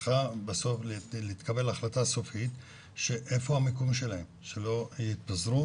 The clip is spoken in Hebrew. צריכה בסוף להתקבל החלטה סופית שאיפה המיקום שלהם שלא יתפזרו.